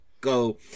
Go